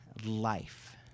Life